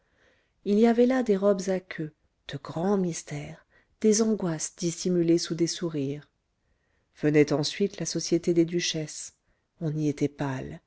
il y avait là des robes à queue de grands mystères des angoisses dissimulées sous des sourires venait ensuite la société des duchesses on y était pâle